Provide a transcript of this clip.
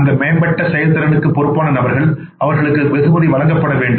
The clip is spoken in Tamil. அந்த மேம்பட்ட செயல்திறனுக்கு பொறுப்பான நபர்கள் அவர்களுக்கு வெகுமதி வழங்கப்பட வேண்டும்